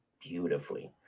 beautifully